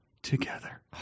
Together